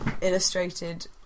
illustrated